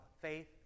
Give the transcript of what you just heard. faith